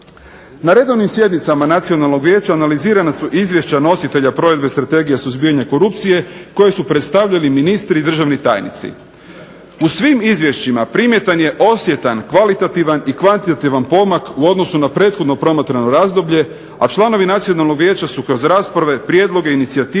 Na redovnim sjednicama Nacionalnog vijeća analizirana su izvješća nositelja provedbe Strategije suzbijanja korupcije koje su predstavljali ministri i državni tajnici. U svim izvješćima primjetan je osjetan kvalitativan i kvantitativan pomak u odnosu na prethodno promatrano razdoblje, a članovi Nacionalnog vijeća su kroz rasprave, prijedloge i inicijative